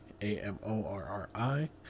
A-M-O-R-R-I